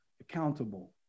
accountable